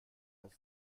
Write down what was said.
das